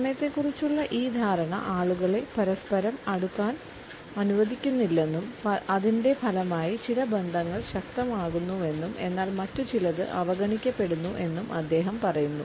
സമയത്തെക്കുറിച്ചുള്ള ഈ ധാരണ ആളുകളെ പരസ്പരം അടുക്കാൻ അനുവദിക്കുന്നില്ലെന്നും അതിന്റെ ഫലമായി ചില ബന്ധങ്ങൾ ശക്തമാക്കുന്നുവെന്നും എന്നാൽ മറ്റു ചിലത് അവഗണിക്കപ്പെടുന്നു എന്നും അദ്ദേഹം പറയുന്നു